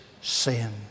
sin